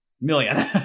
million